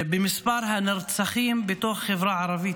במספר הנרצחים בתוך החברה הערבית.